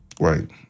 Right